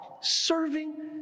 serving